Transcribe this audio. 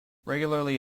regularly